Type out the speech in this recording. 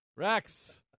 Rex